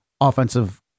offensive